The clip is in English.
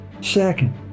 Second